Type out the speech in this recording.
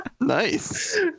nice